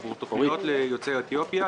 עבור תוכניות ליוצאי אתיופיה,